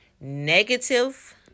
negative